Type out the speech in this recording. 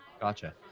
gotcha